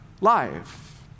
life